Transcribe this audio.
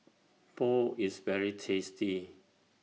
Pho IS very tasty